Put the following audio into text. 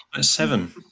Seven